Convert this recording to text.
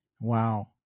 Wow